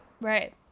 right